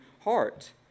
heart